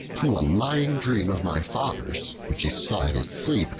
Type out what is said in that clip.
through a lying dream of my father's, which he saw in his sleep,